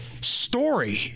story